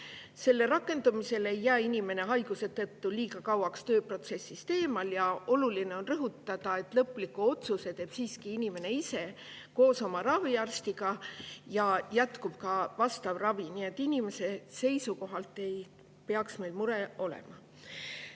Selle rakendumisel ei jää inimene haiguse tõttu liiga kauaks tööprotsessist eemale. Samas on oluline rõhutada, et lõpliku otsuse teeb siiski inimene ise koos oma raviarstiga ja jätkub ka vajalik ravi. Nii et inimese seisukohalt ei peaks muret olema.